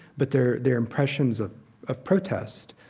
but they're they're impressions of of protest,